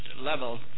level